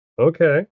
okay